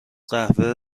قهوه